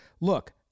look –